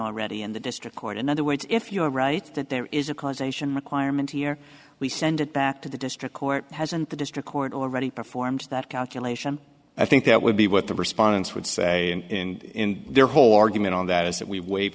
already in the district court in other words if you are right that there is a causation requirement here we send it back to the district court has and the district court already performs that calculation i think that would be what the respondents would say in their whole argument on that is that we waive